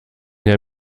der